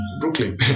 Brooklyn